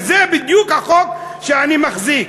וזה בדיוק החוק שאני מחזיק.